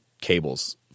cables